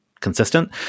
consistent